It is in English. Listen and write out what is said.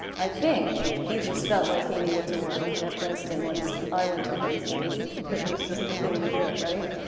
i think he just felt like he needed to work at princeton once i went to princeton. it and was just the thing to do, right?